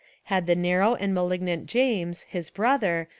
had the narrow and malignant james, his brother,